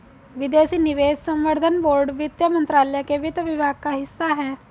विदेशी निवेश संवर्धन बोर्ड वित्त मंत्रालय के वित्त विभाग का हिस्सा है